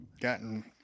gotten